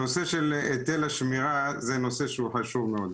הנושא של היטל השמירה הוא נושא חשוב מאוד.